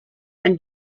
and